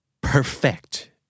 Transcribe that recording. perfect